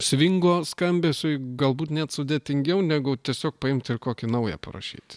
svingo skambesiui galbūt net sudėtingiau negu tiesiog paimt ir kokį naują parašyti